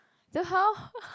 then how